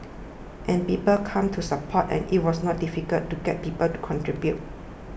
and people came to support and it was not difficult to get people to contribute